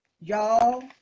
Y'all